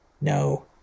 no